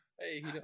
Hey